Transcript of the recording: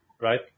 right